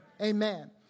Amen